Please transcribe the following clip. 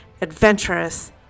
adventurous